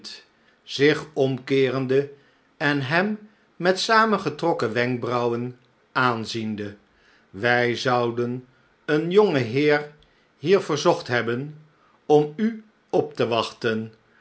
zich omkeerende en hem met saamgetrokken wenkbrauwen aanziende s wij zouden een jongenheer hier verzocht hebben om u op te wachten